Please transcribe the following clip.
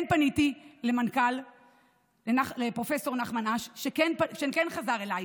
כן פניתי למנכ"ל פרופסור נחמן אש, שכן חזר אליי